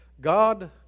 God